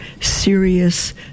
serious